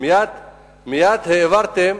מייד העברתם